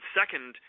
second